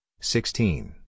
sixteen